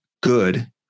good